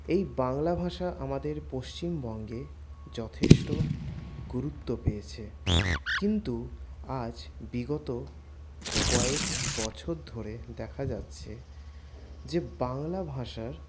এই বাংলা ভাষা আমাদের পশ্চিমবঙ্গে যথেষ্ট গুরুত্ব পেয়েছে কিন্তু আজ বিগত কয়েক বছর ধরে দেখা যাচ্ছে যে বাংলা ভাষার